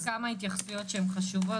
יש לי כמה התייחסויות שהן חשובות,